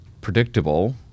predictable